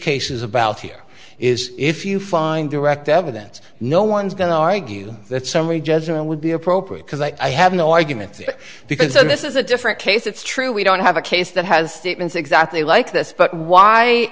cases about here is if you find direct evidence no one's going to argue that summary judgment would be appropriate because i have no argument there because i know this is a different case it's true we don't have a case that has statements exactly like this but why